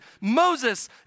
Moses